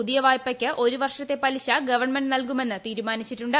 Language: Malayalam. പുതിയ വായ്പക്ക് ഒരു വർഷത്തെ പലിശ ഗവൺമെന്റ് നൽകുമെന്ന് തീരുമാനിച്ചിട്ടുണ്ട്